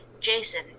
Jason